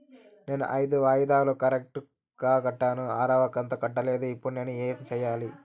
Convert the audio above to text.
నేను ఐదు వాయిదాలు కరెక్టు గా కట్టాను, ఆరవ కంతు కట్టలేదు, ఇప్పుడు నేను ఏమి సెయ్యాలి?